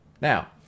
Now